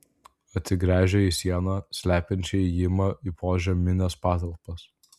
atsigręžė į sieną slepiančią įėjimą į požemines patalpas